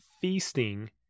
feasting